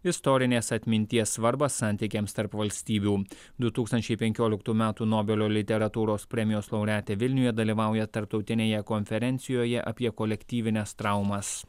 istorinės atminties svarbą santykiams tarp valstybių du tūkstančiai penkioliktų metų nobelio literatūros premijos laureatė vilniuje dalyvauja tarptautinėje konferencijoje apie kolektyvines traumas